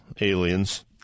aliens